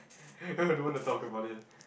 don't want to talk about it